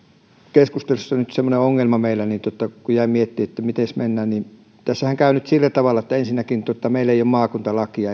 keskustelussa nyt on semmoinen ongelma meillä kun jäin miettimään että miten mennään että tässähän käy nyt sillä tavalla ettei meillä ole maakuntalakia